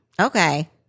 Okay